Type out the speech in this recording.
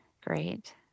Great